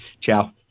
Ciao